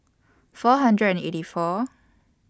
four hundred and eighty four